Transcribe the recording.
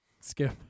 Skip